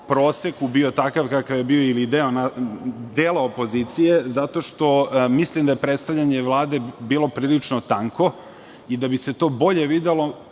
proseku bio takav kakav je bio ili dela opozicije, zato što mislim da je predstavljanje Vlade bilo prilično tanko i da bi se to bolje videlo,